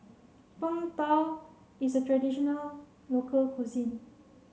Png Tao is a traditional local cuisine